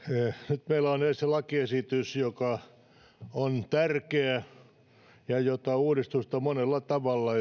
nyt meillä on edessä lakiesitys joka on tärkeä ja jota uudistusta on monella tavalla